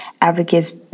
Advocates